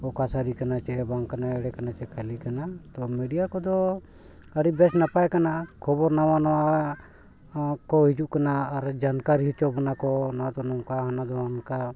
ᱚᱠᱟ ᱥᱟᱹᱨᱤ ᱠᱟᱱᱟ ᱪᱮ ᱵᱟᱝ ᱠᱟᱱᱟ ᱮᱲᱮ ᱠᱟᱱᱟ ᱥᱮ ᱠᱷᱟᱹᱞᱤ ᱠᱟᱱᱟ ᱛᱚ ᱢᱤᱰᱤᱭᱟ ᱠᱚᱫᱚ ᱟᱹᱰᱤ ᱵᱮᱥ ᱱᱟᱯᱟᱭ ᱠᱟᱱᱟ ᱠᱷᱚᱵᱚᱨ ᱱᱟᱣᱟ ᱱᱟᱣᱟ ᱠᱚ ᱦᱤᱡᱩᱜ ᱠᱟᱱᱟ ᱟᱨ ᱡᱟᱱᱠᱟᱨᱤ ᱦᱚᱪᱚ ᱵᱚᱱᱟ ᱠᱚ ᱱᱚᱣᱟ ᱫᱚ ᱱᱚᱝᱠᱟ ᱚᱱᱟ ᱫᱚ ᱚᱱᱠᱟ